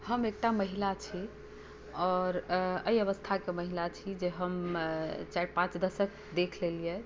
हम एकटा महिला छी आओर एहि अवस्थाके महिला छी जे हम चारि पाँच दशक देख लेलियै